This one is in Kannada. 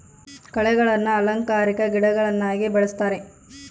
ಕಳೆಗಳನ್ನ ಅಲಂಕಾರಿಕ ಗಿಡಗಳನ್ನಾಗಿ ಬೆಳಿಸ್ತರೆ